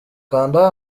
kanda